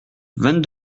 vingt